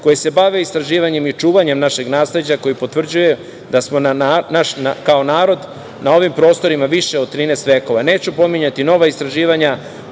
koje se bave istraživanjem i čuvanjem našeg nasleđa koji potvrđuje da smo kao narod na ovim prostorima više od 13. veka. Neću pominjati nova istraživanja